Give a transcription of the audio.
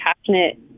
passionate